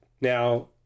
Now